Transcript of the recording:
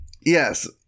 Yes